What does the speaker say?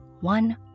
One